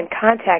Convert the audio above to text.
contact